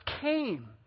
came